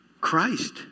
Christ